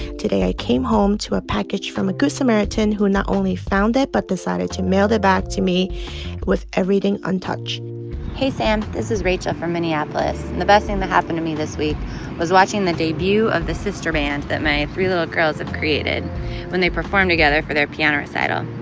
today, i came home to a package from a good samaritan who not only found it but decided to mail it back to me with everything untouched hey, sam. this is rachel from minneapolis. and the best thing to happen to me this week was watching the debut of the sister band that my three little girls have created when they performed together for their piano recital.